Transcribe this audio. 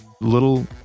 Little